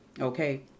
Okay